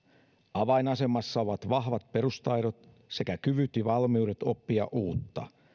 avainasemassa ovat vahvat perustaidot sekä kyvyt ja valmiudet oppia uutta